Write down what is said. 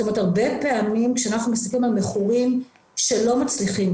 הרבה פעמים כשאנחנו מסתכלים על מכורים שלא מצליחים,